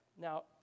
Now